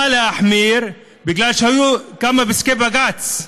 בא להחמיר בגלל שהיו כמה פסקי בג"ץ.